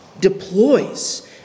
deploys